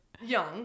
young